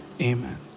amen